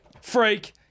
Freak